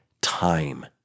time